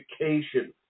education